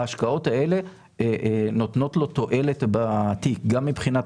ההשקעות האלה נותנות לו תועלת בתיק גם מבחינת